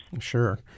Sure